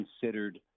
considered